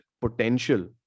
potential